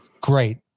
great